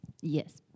Yes